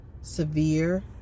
Severe